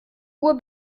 uhr